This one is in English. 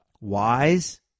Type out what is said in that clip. wise